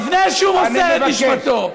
לפני שהוא מוסר את נשמתו.